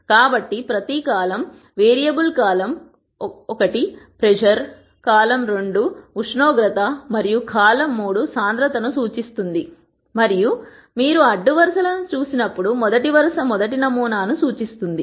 కాబట్టి ప్రతి column variable column 1 pressure column 2 ఉష్ణోగ్రత మరియు కాలమ్ 3 సాంద్రత ను సూచిస్తుంది మరియు మీరు అడ్డు వరుస లను చూసి నప్పుడు మొదటి వరుస మొదటి నమూనా ను సూచిస్తుంది